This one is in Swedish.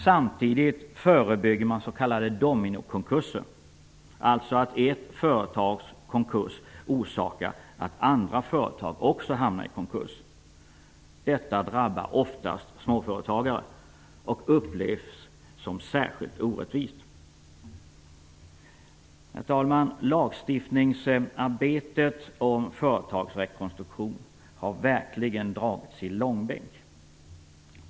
Samtidigt förebygger man s.k. dominokonkurser, alltså att ett företags konkurs orsakar att andra företag också hamnar i konkurs. Detta drabbar oftast småföretagare och upplevs som särskilt orättvist. Herr talman! Lagstiftningsarbetet om företagsrekonstruktion har verkligen dragits i långbänk.